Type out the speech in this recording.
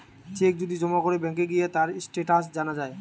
check যদি জমা করে ব্যাংকে গিয়ে তার স্টেটাস জানা যায়